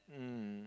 mm